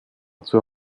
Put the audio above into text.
zur